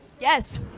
Yes